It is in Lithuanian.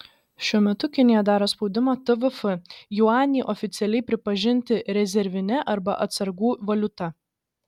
šiuo metu kinija daro spaudimą tvf juanį oficialiai pripažinti rezervine arba atsargų valiuta